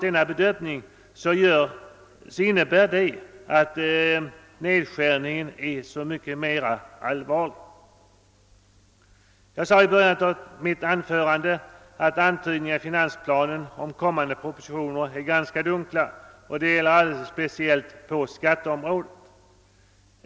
Detta gör nedskärningen så mycket mera allvarlig. Jag sade i början av mitt anförande att antydningarna i finansplanen om kommande propositioner är ganska dunkla, och detta gäller alldeles speciellt på skatteområdet.